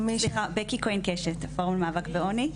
בקי כהן קשת, הפורום למאבק בעוני,